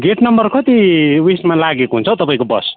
get number कति उएसमा लागेको हुन्छ हौ तपाईँको बस